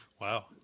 Wow